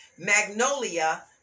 Magnolia